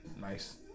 nice